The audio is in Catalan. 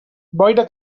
boira